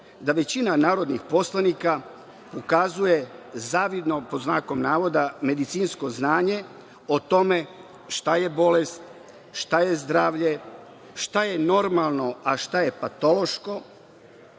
da većina narodnih poslanika ukazuje zavidno „medicinsko znanje“ o tome šta je bolest, šta je zdravlje, šta je normalno a šta je patološko,